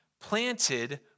planted